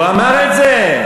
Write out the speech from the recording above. הוא לא אמר את זה.